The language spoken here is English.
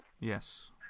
Yes